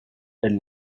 elles